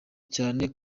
cyane